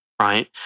Right